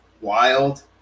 wild